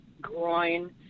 groin